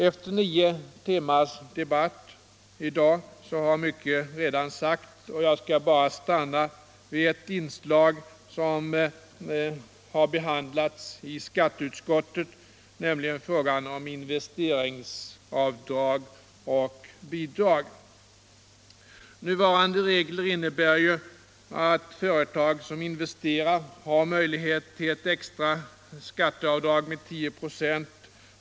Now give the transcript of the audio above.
Efter nio timmars debatt i dag har mycket redan sagts, och jag skall bara stanna vid ett inslag som har behandlats av skatteutskottet, nämligen frågan om investeringsavdrag och investeringsbidrag. Nuvarande regler innebär att företag som investerar har möjlighet till ett extra skatteavdrag med 10 ".